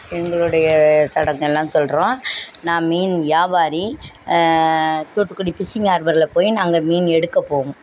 எங்களுடைய சடங்கெல்லாம் சொல்கிறோம் நான் மீன் வியாபாரி தூத்துக்குடி ஃபிஸ்ஸிங் ஆர்பரில் போய் நாங்கள் மீன் எடுக்கப்போவோம்